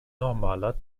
normaler